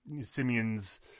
Simeon's